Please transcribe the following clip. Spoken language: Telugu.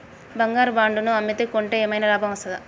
బంగారు బాండు ను అమ్మితే కొంటే ఏమైనా లాభం వస్తదా?